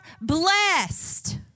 blessed